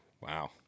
Wow